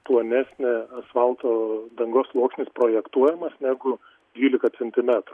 plonesnė asfalto dangos sluoksnis projektuojamas negu dvylika centimetrų